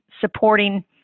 supporting